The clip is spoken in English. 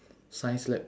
science lab